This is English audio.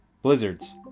blizzards